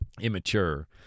immature